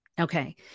Okay